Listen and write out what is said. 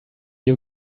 you